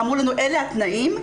אמרו לנו 'אלה התנאים,